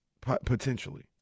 Potentially